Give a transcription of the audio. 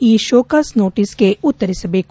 ಈ ಷೋಕಾಸ್ ನೋಟಿಸ್ಗೆ ಉತ್ತರಿಸಬೇಕು